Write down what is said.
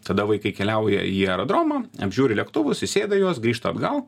tada vaikai keliauja į aerodromą apžiūri lėktuvus įsėda į juos grįžta atgal